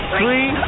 three